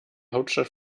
hauptstadt